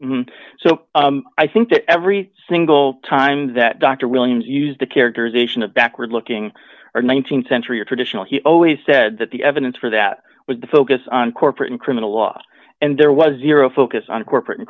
o i think that every single time that dr williams used the characterization of backward looking or th century or traditional he always said that the evidence for that was the focus on corporate and criminal law and there was zero focus on corporate